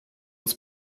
uns